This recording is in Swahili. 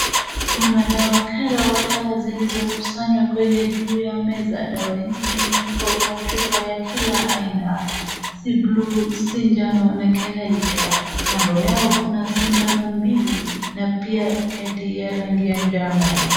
Kuna dawa kadha wa kadha zilizokusanywa kwenye juu ya meza. Dawa hizi ziko kwa chupa ya kila aina si bluu si jano na kadhalika. Kando yao kuna sindano mbili na pia kadi ya rangi ya jano.